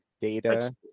data